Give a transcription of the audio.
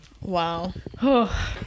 Wow